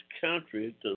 country